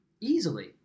Easily